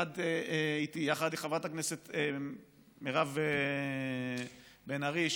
יחד עם חברת הכנסת מירב בן ארי,